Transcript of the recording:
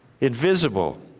Invisible